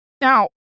Now